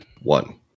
one